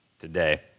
today